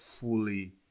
fully